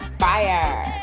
fire